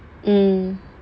mm